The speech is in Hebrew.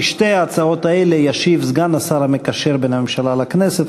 על שתי ההצעות האלה ישיב סגן השר המקשר בין הממשלה לכנסת,